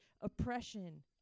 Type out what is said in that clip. oppression